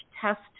test